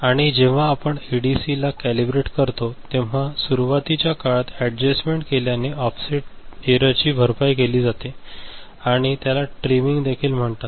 आणि जेव्हा आपण एडीसी ला कॅलिब्रेट करतो तेव्हा सुरुवातीच्या काळात ऍडजस्टमेन्ट केल्याने ऑफसेट एरर ची भरपाई केली जाते आणि त्याला ट्रिमिंग देखील म्हणतात